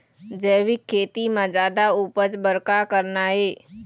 जैविक खेती म जादा उपज बर का करना ये?